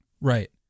Right